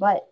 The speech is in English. but